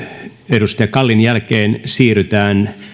edustaja kallin jälkeen siirrytään